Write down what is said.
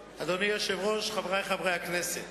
היושב-ראש, חברי חברי הכנסת,